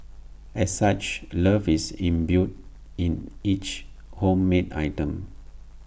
as such love is imbued in each homemade item